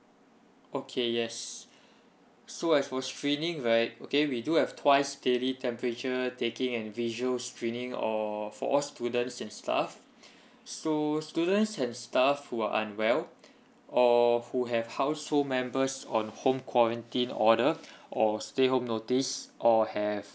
okay yes so as for screening right okay we do have twice daily temperature taking and visual screening or for all students and staff so students and staff who are unwell or who have household members on home quarantine order or stay home notice or have